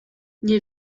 nie